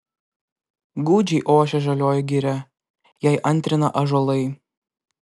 gūdžiai ošia žalioji giria jai antrina ąžuolai